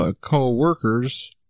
co-workers